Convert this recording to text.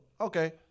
okay